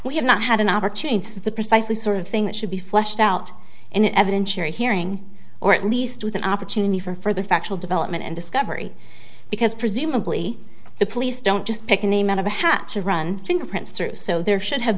we have not had an opportunity to the precisely sort of thing that should be fleshed out in an evidentiary hearing or at least with an opportunity for further factual development and discovery because presumably the police don't just pick a name out of a hat to run fingerprints through so there should have